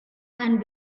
and